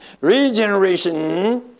regeneration